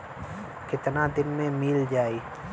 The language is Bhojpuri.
कितना दिन में मील जाई?